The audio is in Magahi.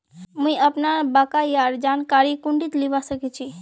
मुई अपनार बकायार जानकारी कुंठित लिबा सखछी